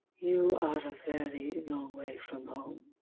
you are a very long way from home.